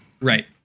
right